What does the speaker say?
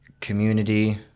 community